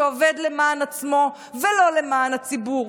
שעובד למען עצמו ולא למען הציבור,